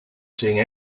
seeing